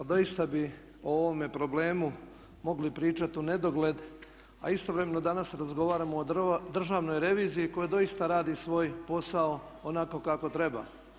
Pa doista bi o ovome problemu mogli pričati unedogled, a istovremeno danas razgovaramo o Državnoj reviziji koja doista radi svoj posao onako kako treba.